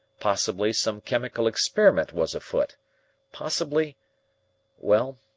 possibly some chemical experiment was afoot possibly well,